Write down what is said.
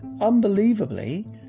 unbelievably